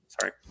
Sorry